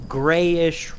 grayish